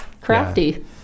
Crafty